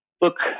Look